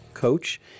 Coach